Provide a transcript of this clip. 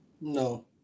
No